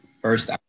first